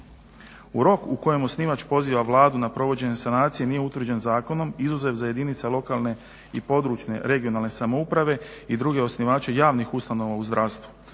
U rok u kojem osnivač poziva Vladu na provođenje sanacije nije utvrđen zakonom izuzev za jedinice lokalne i područne (regionalne) samouprave i druge osnivače javnih ustanova u zdravstvu.